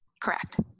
Correct